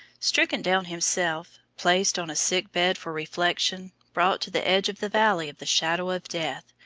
stricken down himself, placed on a sick bed for reflection, brought to the edge of the valley of the shadow of death,